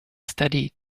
studied